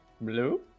Blue